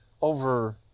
over